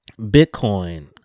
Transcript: Bitcoin